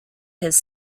his